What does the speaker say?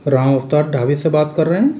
रामवतार ढाबे से बात कर रहे हैं